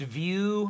view